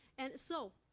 and so,